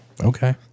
Okay